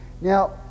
Now